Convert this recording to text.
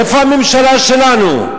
איפה הממשלה שלנו?